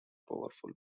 powerful